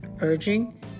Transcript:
urging